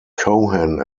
cohen